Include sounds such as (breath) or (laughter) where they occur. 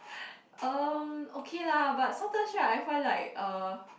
(breath) um okay lah but sometimes right I find like uh